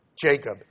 Jacob